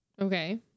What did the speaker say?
Okay